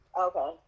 Okay